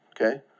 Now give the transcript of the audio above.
Okay